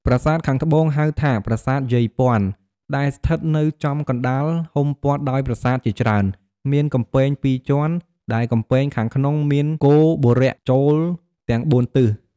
ប្រាសាទខាងត្បូង ហៅថា ប្រាសាទយាយព័ន្ធ ដែលស្ថិតនៅចំកណ្តាលហ៊ុំព័ទ្ធដោយប្រាសាទ ជាច្រើន មានកំពែងពីរជាន់ ដែលកំពែងខាងក្នុងមាន គោបុរៈ ចូលទាំងបួនទិស។